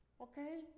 Okay